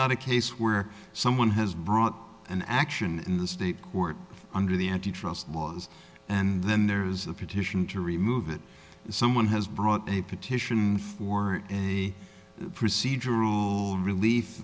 not a case where someone has brought an action in the state court under the antitrust laws and then there's the petition to remove it and someone has brought a petition for any procedural rel